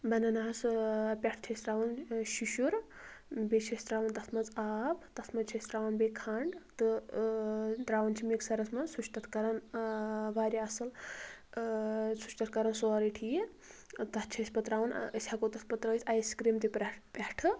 banana ہس ٲں پٮ۪ٹھ چھِ أسۍ ترٛاوان شِشُر بیٚیہِ چھِ أسۍ ترٛاوان تتھ منٛز آب تتھ منٛز چھِ أسۍ ترٛاوان بیٚیہِ کھنٛڈ تہٕ ٲں ترٛاوان چھِ مِکسرَس منٛز سُہ چھُ تتھ کَران ٲں وارِیاہ اصٕل ٲں سُہ چھُ تتھ کَران سورٕے ٹھیٖک تتھ چھِ أسۍ پتہٕ ترٛاوان أسۍ ہیٚکو تتھ پتہٕ تٔرٛٲیِتھ آیس کرٛیٖم تہِ پٮ۪ٹھہٕ